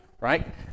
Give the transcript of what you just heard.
right